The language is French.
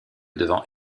devant